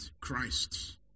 Christ